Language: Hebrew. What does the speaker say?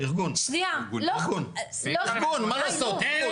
ארגון, נו מה לעשות.